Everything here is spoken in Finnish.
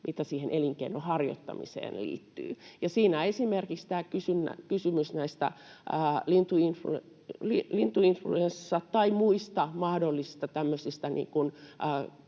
siihen elinkeinon harjoittamiseen liittyy? Siinä on esimerkiksi kysymys lintuinfluenssasta tai muista mahdollisista